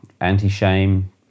Anti-shame